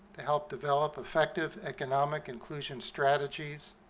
to help develop effective economic inclusion strategies